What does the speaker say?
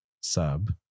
sub